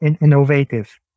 innovative